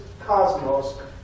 cosmos